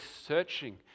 searching